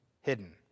hidden